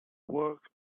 work